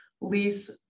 lease